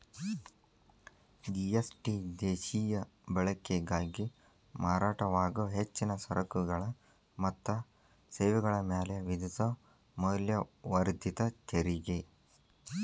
GST ದೇಶೇಯ ಬಳಕೆಗಾಗಿ ಮಾರಾಟವಾಗೊ ಹೆಚ್ಚಿನ ಸರಕುಗಳ ಮತ್ತ ಸೇವೆಗಳ ಮ್ಯಾಲೆ ವಿಧಿಸೊ ಮೌಲ್ಯವರ್ಧಿತ ತೆರಿಗಿ